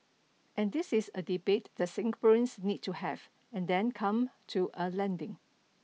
and this is a debate that Singaporeans need to have and then come to a landing